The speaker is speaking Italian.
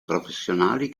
professionali